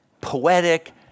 poetic